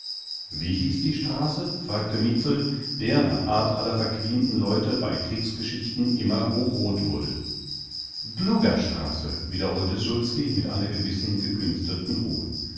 wie hieß die straße fragte mietzel der nach art aller verquienten leute bei kriegsgeschichten immer hochroth wurde dlugastraße wiederholte szulski mit einer gewissen gekünstelten ruhe